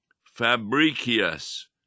Fabricius